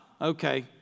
Okay